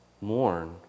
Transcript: Mourn